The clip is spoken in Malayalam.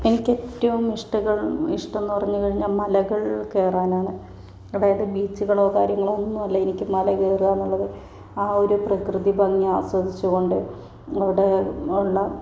എനിക്ക് ഏറ്റവും ഇഷ്ടം എന്നു പറഞ്ഞു കഴിഞ്ഞാൽ മലകൾ കയറാനാണ് അതായത് ബീച്ചുകളോ കാര്യങ്ങളോ ഒന്നും അല്ല എനിക്ക് മല കയറുക എന്നുള്ളത് ആ ഒരു പ്രകൃതി ഭംഗി ആസ്വദിച്ചുകൊണ്ട് അവിടെ ഉള്ള